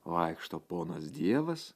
vaikšto ponas dievas